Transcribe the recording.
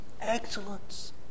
excellence